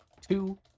Two